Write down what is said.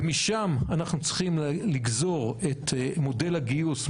ומשם אנחנו צריכים לגזור את מודל הגיוס,